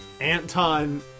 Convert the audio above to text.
Anton